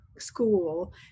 school